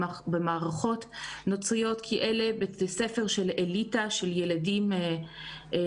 במערכות נוצריות כי אלה בתי ספר של אליטה של ילדים בכירים,